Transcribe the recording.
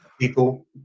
People